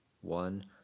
One